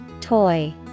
Toy